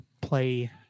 play